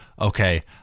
okay